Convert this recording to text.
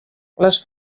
les